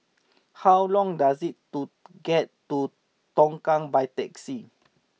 how long does it to get to Tongkang by taxi